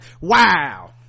wow